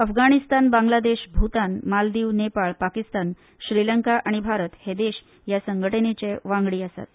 अफगाणिस्तान बांगलादेश भुतान मालदीव नेपाळ पाकिस्तान श्रीलंका आनी भारत हे देश ह्या संघटणेचे वांगडी आसात